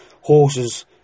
horses